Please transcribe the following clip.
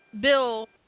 Bill